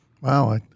Wow